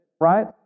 Right